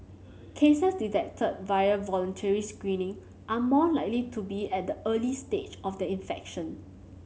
cases detected via voluntary screening are more likely to be at the early stage of their infection